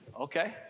Okay